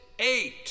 eight